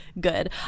good